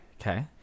Okay